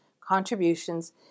contributions